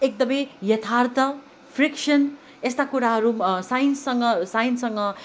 एकदमै यथार्थ फ्रिक्सन यस्ता कुराहरू साइन्ससँग साइन्ससँग